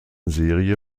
serie